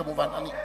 כמובן.